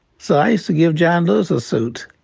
so i used to give john lewis a suit.